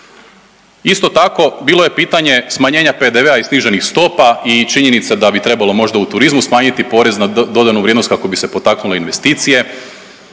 Isto tako bilo je pitanje smanjenja PDV-a i sniženih stopa i činjenice da bi trebalo možda u turizmu smanjiti PDV kako bi se potaknule investicije.